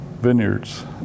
Vineyards